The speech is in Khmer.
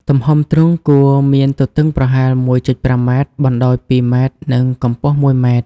ទំហំទ្រុងគួរមានទទឹងប្រហែល ១.៥ ម៉ែត្រ បណ្ដោយ ២ ម៉ែត្រ និងកម្ពស់ ១ ម៉ែត្រ។